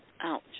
Ouch